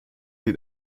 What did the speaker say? den